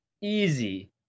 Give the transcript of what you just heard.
Easy